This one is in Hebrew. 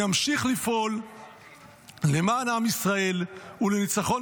"נמשיך לפעול למען עם ישראל ולניצחון